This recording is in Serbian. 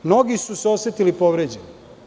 Mnogi su se osetili povređenim.